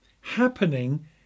happening